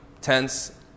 tense